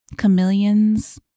chameleons